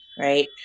right